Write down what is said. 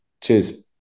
Cheers